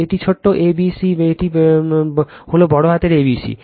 এটি ছোট a b c এটি হল বড়হাতের A B C